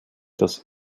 das